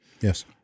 Yes